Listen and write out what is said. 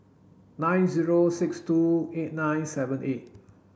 nine zero six two eight nine seven eight